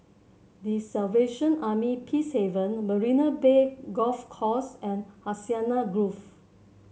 The Salvation Army Peacehaven Marina Bay Golf Course and Hacienda Grove